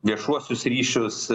viešuosius ryšius